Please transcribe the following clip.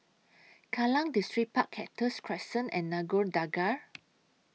Kallang Distripark Cactus Crescent and Nagore Dargah